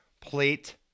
plate